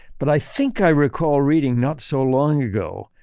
but i think i recall reading not so long ago,